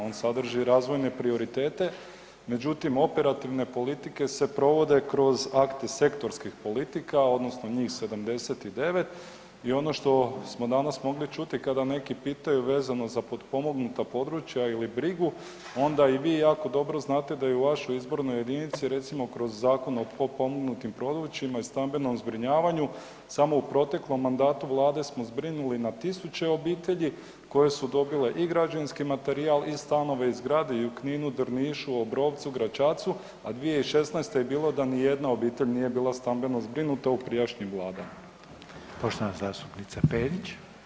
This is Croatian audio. On sadrži razvojne prioritete, međutim, operativne politike se provode kroz akte sektorskih politika, odnosno njih 79 i ono što smo danas mogli čuti kada neki pitaju vezano za potpomognuta područja ili brigu, onda i vi jako dobro znate da i u vašoj izbornoj jedinici, recimo kroz Zakon o potpomognutim područjima i stambenom zbrinjavanju, samo u proteklom mandatu Vlade smo zbrinuli na tisuće obitelji koje su dobile i građevinski materijal i stanove i zgrade i u Kninu, Drnišu, Obrovcu, Gračacu, a 2016. je bilo da nijedna obitelj nije bila stambeno zbrinuta u prijašnjim vladama.